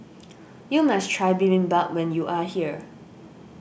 you must try Bibimbap when you are here